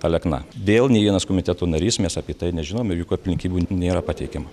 alekna vėl nė vienas komiteto narys mes apie tai nežinom ir jokių aplinkybių nėra pateikiama